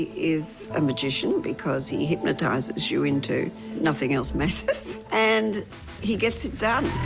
is a magician because he hypnotizes you into nothing else matters. and he gets it done.